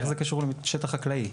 איך זה קשור לשטח חקלאי?